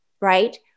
right